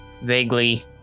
vaguely